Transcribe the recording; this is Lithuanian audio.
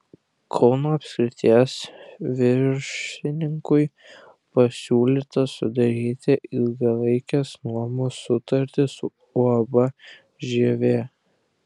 kauno apskrities viršininkui pasiūlyta sudaryti ilgalaikės nuomos sutartį su uab žievė